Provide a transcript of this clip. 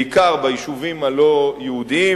בעיקר ביישובים הלא-יהודיים,